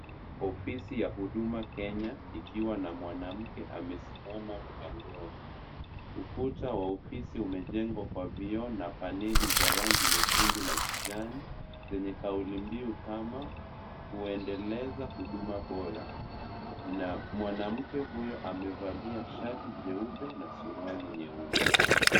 Ofisi ya Huduma Kenya ikiwa na mwanamke amesimama mlangoni. Ukuta wa ofisi umejengwa kwa vioo na paneli za rangi nyekundu na kijani zenye kaulimbiu kama kuendeleza huduma bora na mwanamke huyo amevalia shati jeupe na suruali nyeusi.